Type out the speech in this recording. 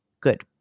Good